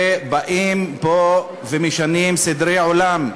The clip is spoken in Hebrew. ובאים פה ומשנים סדרי עולם.